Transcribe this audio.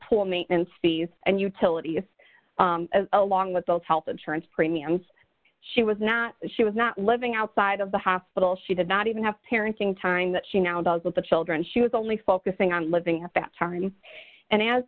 pool maintenance fees and utilities along with those health insurance premiums she was not she was not living outside of the hospital she did not even have parenting time that she now does with the children she was only focusing on living at that time and as